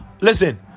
listen